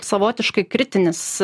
savotiškai kritinis